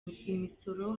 imisoro